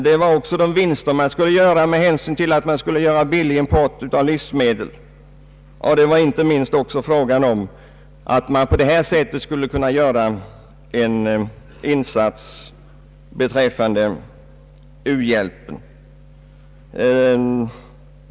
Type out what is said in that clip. Vidare pekade man på de vinster som en billig import av livsmedel skulle medföra. Inte minst var det en fråga om att på det sättet kunna göra en insats beträffande u-hjälpen.